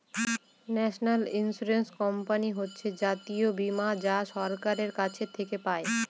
national insurance company হচ্ছে জাতীয় বীমা যা সরকারের কাছ থেকে পাই